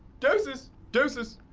deuces, deuces,